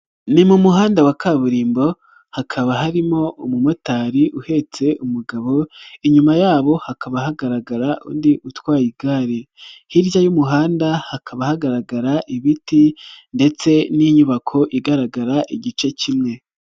ni mu muhanda wa kaburimbo hakaba harimo umumotari uhetse umugabo, inyuma yabo hakaba hagaragara undi utwaye igare, hirya y'umuhanda hakaba hagaragara ibiti ndetse n'inyubako igaragara igice kimwe.